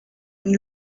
une